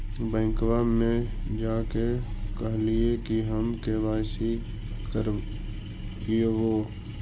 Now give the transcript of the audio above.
बैंकवा मे जा के कहलिऐ कि हम के.वाई.सी करईवो?